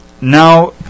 now